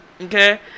Okay